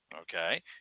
Okay